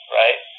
right